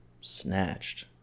Snatched